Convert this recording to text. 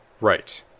right